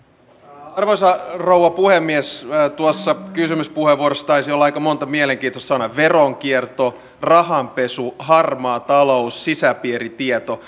arvoisa rouva puhemies tuossa kysymyspuheenvuorossa taisi olla aika monta mielenkiintoista sanaa veronkierto rahanpesu harmaa talous sisäpiiritieto